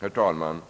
betänkande.